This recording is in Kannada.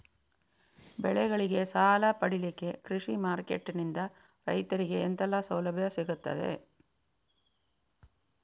ಬೆಳೆಗಳಿಗೆ ಸಾಲ ಪಡಿಲಿಕ್ಕೆ ಕೃಷಿ ಮಾರ್ಕೆಟ್ ನಿಂದ ರೈತರಿಗೆ ಎಂತೆಲ್ಲ ಸೌಲಭ್ಯ ಸಿಗ್ತದ?